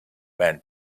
man